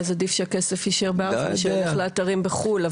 אז עדיף שהכסף יישאר בארץ ולא ילך לאתרים בחו"ל.